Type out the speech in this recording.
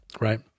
right